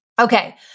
Okay